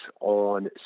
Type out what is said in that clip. on